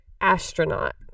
Astronaut